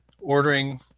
ordering